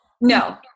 No